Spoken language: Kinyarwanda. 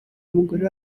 umugore